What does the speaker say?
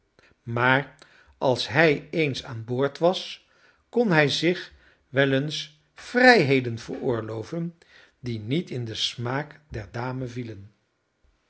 maar als hij eens aan boord was kon hij zich wel eens vrijheden veroorloven die niet in den smaak der dame vielen